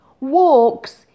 walks